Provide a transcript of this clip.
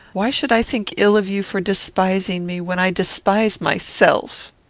why should i think ill of you for despising me, when i despise myself?